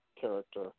character